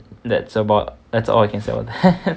that's about that's all I can say on that